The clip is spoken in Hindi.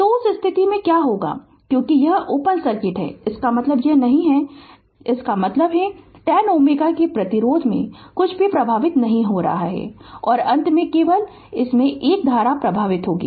तो उस स्थिति में क्या होगा क्योंकि यह ओपन सर्किट है इसका मतलब यह नहीं है और इसका मतलब है 10Ω के प्रतिरोध में कुछ भी प्रवाहित नहीं हो रहा है और अंत में केवल इसी से एक धारा प्रवाहित होगी